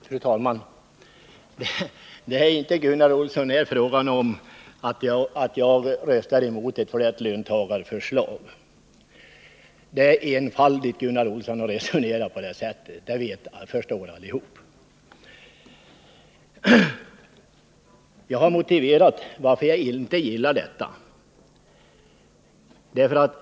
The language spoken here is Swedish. Fru talman! Det är inte, Gunnar Olsson, fråga om att jag röstar emot ett förslag därför att det är ett löntagarförslag. Det är enfaldigt att resonera på det sättet. Det förstår allihop. Nr 110 Jag har motiverat varför jag inte gillar förslaget.